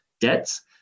debts